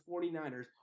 49ers